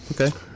Okay